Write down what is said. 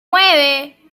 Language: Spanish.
nueve